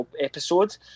episode